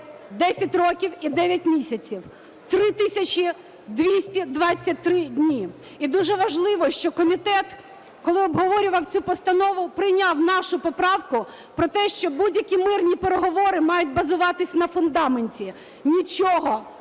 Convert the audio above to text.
10 років і 9 місяців, 3223 дні. І дуже важливо, що комітет, коли обговорював цю постанову, прийняв нашу поправку про те, що будь-які мирні переговори мають базуватись на фундаменті – нічого